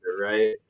right